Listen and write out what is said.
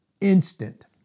Instant